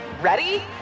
ready